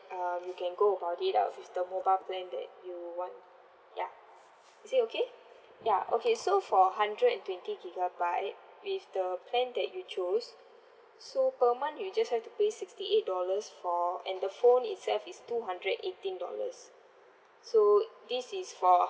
um you can go about it lah with the mobile plan that you want ya is it okay ya okay so for hundred and twenty gigabyte with the plan that you chose so per month you just have to pay sixty eight dollars for and the phone itself is two hundred eighteen dollars so this is for